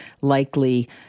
likely